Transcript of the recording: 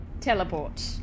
teleport